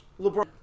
LeBron